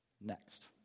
next